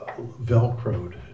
velcroed